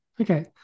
Okay